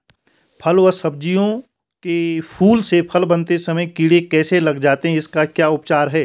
फ़ल व सब्जियों के फूल से फल बनते समय कीड़े कैसे लग जाते हैं इसका क्या उपचार है?